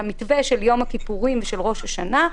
במתווה של יום הכיפורים ושל ראש השנה,